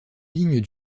lignes